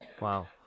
Wow